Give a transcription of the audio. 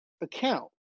account